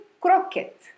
croquette